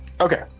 Okay